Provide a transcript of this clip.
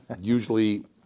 Usually